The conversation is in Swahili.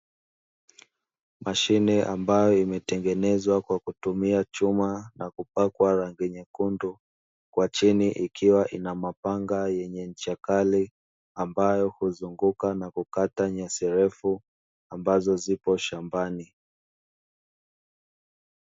Mashine ambayo imetengenezwa kwa kutumia chuma na kupakwa rangi nyekundu, kwa chini ikiwa ina mapanga yenye ncha kali ambayo huzunguka na kukata nyasi refu ambazo zipo shambani.